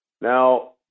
Now